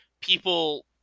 people